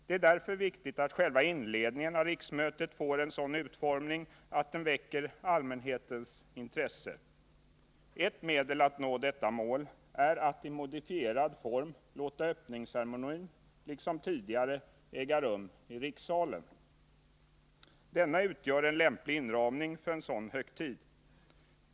Det är därför viktigt att själva inledningen av riksmötet får en sådan utformning att den väcker allmänhetens intresse. Ett medel att nå detta mål är att i modifierad form låta öppningsceremonin liksom tidigare äga rum i rikssalen. Denna utgör en lämplig inramning för en sådan högtid.